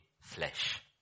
flesh